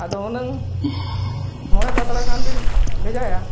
ᱟᱫᱚ ᱦᱩᱱᱟᱹᱝ ᱢᱚᱬᱮ ᱯᱟᱛᱲᱟ ᱜᱟᱱ ᱵᱮᱱ ᱵᱷᱮᱭᱟ